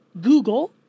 Google